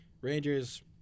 Rangers